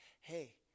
hey